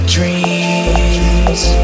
Dreams